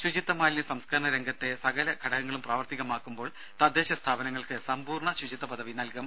ശുചിത്വ മാലിന്യ സംസ്കരണ രംഗത്തെ സകല ഘടകങ്ങളും പ്രാവർത്തികമാക്കുമ്പോൾ തദ്ദേശ സ്ഥാപനങ്ങൾക്ക് സമ്പൂർണ്ണ ശുചിത്വ പദവി നൽകും